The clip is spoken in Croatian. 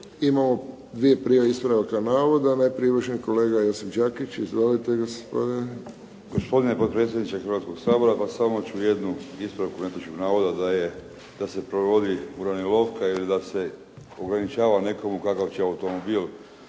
Imamo dvije prijave ispravaka navoda. Najprije uvaženi kolega Josip Đakić. Izvolite gospodine. **Đakić, Josip (HDZ)** Gospodine potpredsjedniče Hrvatskog sabora, pa samo ću jednu ispravku netočnog navoda da se provodi … /Govornik se ne razumije./ … ili da se ograničava nekome kakav će automobil